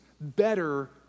better